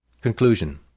Conclusion